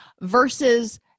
versus